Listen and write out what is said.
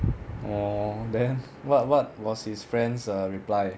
orh then what what was his friends err reply